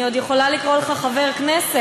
אני עוד יכולה לקרוא לך חבר כנסת,